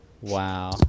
Wow